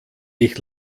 ich